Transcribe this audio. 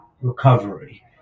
recovery